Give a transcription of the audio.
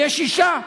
ויש אשה.